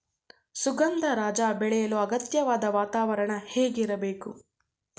ಸುಗಂಧರಾಜ ಬೆಳೆಯಲು ಅಗತ್ಯವಾದ ವಾತಾವರಣ ಹೇಗಿರಬೇಕು?